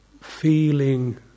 feeling